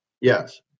Yes